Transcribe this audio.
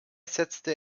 setzte